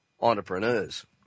entrepreneurs